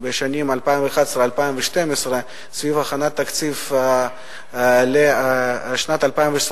בשנים 2012-2011 סביב הכנת תקציב לשנת 2013,